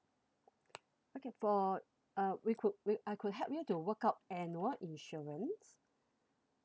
okay for uh we could we I could help you to work out annual insurance